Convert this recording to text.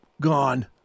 gone